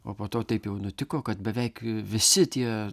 o po to taip jau nutiko kad beveik visi tie